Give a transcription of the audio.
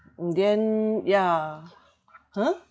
in the end yeah !huh!